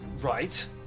Right